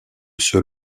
seul